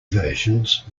versions